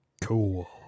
Cool